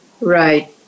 Right